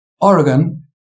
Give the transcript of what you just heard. Oregon